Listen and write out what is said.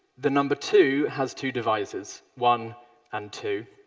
the number two has two divisors one and two.